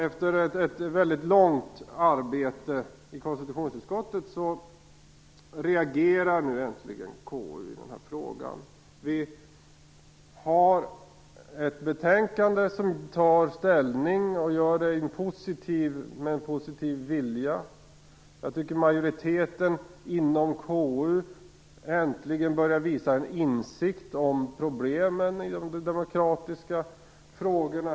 Efter ett väldigt långdraget arbete i konstitutionsutskottet reagerar nu äntligen utskottet i frågan. I betänkandet tar utskottet ställning, och gör det med en positiv vilja. Majoriteten i KU har äntligen börjat visa en insikt om problemen inom de demokratiska frågorna.